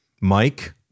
Mike